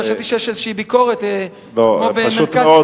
חשבתי שיש איזו ביקורת, כמו במרכז הליכוד.